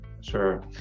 Sure